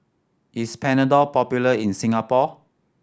is Panadol popular in Singapore